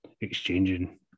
exchanging